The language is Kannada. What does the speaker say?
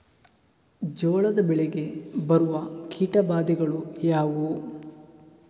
ಜೋಳದ ಬೆಳೆಗೆ ಬರುವ ಕೀಟಬಾಧೆಗಳು ಯಾವುವು?